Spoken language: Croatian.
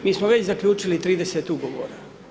Mi smo već zaključili 30 ugovora.